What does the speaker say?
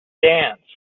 dance